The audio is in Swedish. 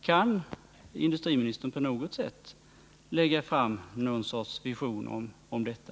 Kan industriministern på något sätt lägga fram någon sorts vision om detta?